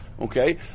okay